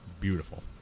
beautiful